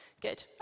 good